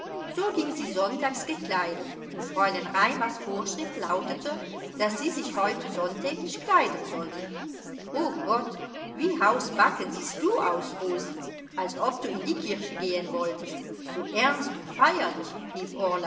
so ging sie sonntags gekleidet und fräulein raimars vorschrift lautete daß sie sich heute sonntäglich kleiden sollten o gott wie hausbacken siehst du aus rosi als ob du in die kirche gehen wolltest so ernst und feierlich rief